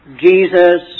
Jesus